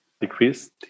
decreased